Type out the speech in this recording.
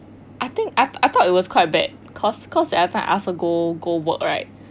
I think I I thought it was quite bad cause cause every time I ask her go go work right